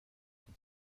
can